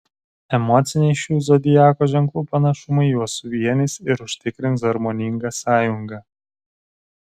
emociniai šių zodiako ženklų panašumai juos suvienys ir užtikrins harmoningą sąjungą